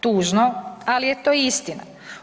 Tužno, ali je to istina.